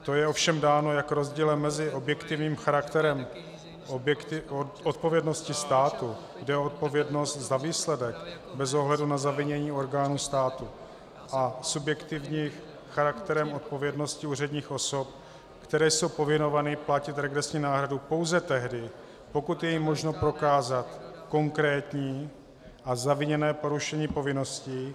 To je ovšem dáno jak rozdílem mezi objektivním charakterem odpovědnosti státu jde o odpovědnost za výsledek bez ohledu na zavinění orgánů státu a subjektivním charakterem odpovědnosti úředních osob, které jsou povinovány platit regresní náhradu pouze tehdy, pokud je jim možno prokázat konkrétní a zaviněné porušení povinnosti.